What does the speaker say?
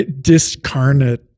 discarnate